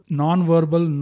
non-verbal